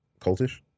cultish